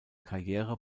karriere